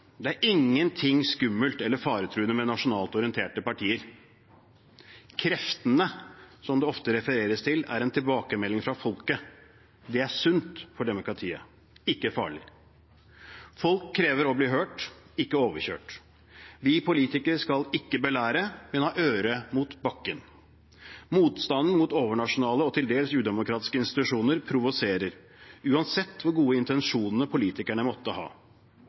Det er ingenting skummelt eller faretruende med nasjonalt orienterte partier. «Kreftene» som det ofte refereres til, er en tilbakemelding fra folket. Det er sunt for demokratiet, ikke farlig. Folk krever å bli hørt – ikke overkjørt. Vi politikere skal ikke belære, men ha øret mot bakken. Motstanden mot overnasjonale og til dels udemokratiske institusjoner provoserer – uansett hvor gode intensjoner politikerne måtte ha.